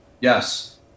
Yes